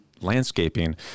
landscaping